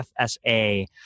FSA